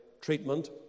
treatment